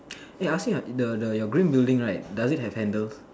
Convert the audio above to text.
eh I ask you ah the the your green building right does it have handles